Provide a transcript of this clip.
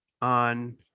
on